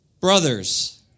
brothers